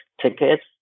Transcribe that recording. tickets